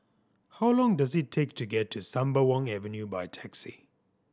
how long does it take to get to Sembawang Avenue by taxi